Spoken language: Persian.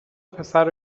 پسر